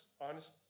honest